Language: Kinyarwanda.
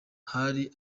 hari